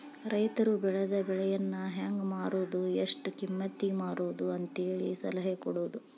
ರೈತರು ಬೆಳೆದ ಬೆಳೆಯನ್ನಾ ಹೆಂಗ ಮಾರುದು ಎಷ್ಟ ಕಿಮ್ಮತಿಗೆ ಮಾರುದು ಅಂತೇಳಿ ಸಲಹೆ ಕೊಡುದು